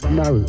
no